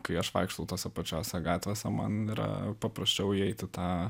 kai aš vaikštau tose pačiose gatvėse man yra paprasčiau įeiti į tą